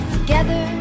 Together